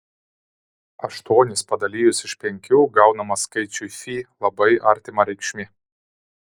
aštuonis padalijus iš penkių gaunama skaičiui fi labai artima reikšmė